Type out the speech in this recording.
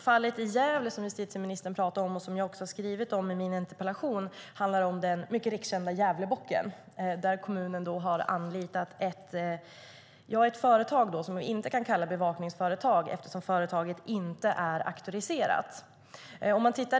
Fallet i Gävle, som ministern talade om och som jag också har skrivit om i min interpellation, gäller den rikskända Gävlebocken. Där har kommunen anlitat ett företag som inte kan kallas bevakningsföretag eftersom det inte är auktoriserat.